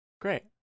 Great